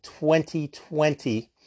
2020